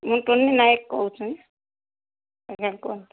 ମୁଁ ଟୁନି ନାୟକ କହୁଛି ଆଜ୍ଞା କୁହନ୍ତୁ